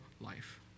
life